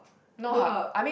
no hub